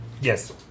yes